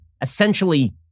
essentially